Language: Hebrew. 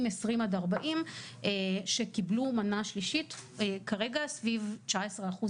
20 עד 40 שקיבלו מנה שלישית הם סביב 19% בלבד,